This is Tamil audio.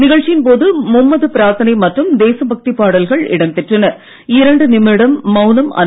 நிகழ்ச்சியின் போது மும்மதப் பிராத்தனை மற்றும் தேசபக்தி பாடல்கள் இடம் பெற்றன